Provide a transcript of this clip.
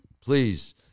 please